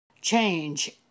Change